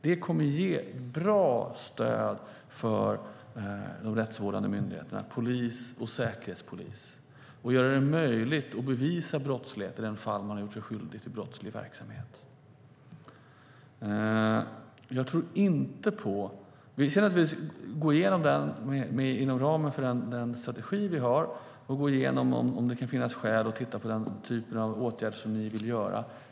Det kommer att ge bra stöd för de rättsvårdande myndigheterna, polis och säkerhetspolis, och göra det möjligt att bevisa brottslighet i de fall någon har gjort sig skyldig till brottslig verksamhet. Vi ska naturligtvis gå igenom detta inom ramen för den strategi vi har. Vi ska se om det kan finnas skäl att titta på den typ av åtgärd som ni vill vidta.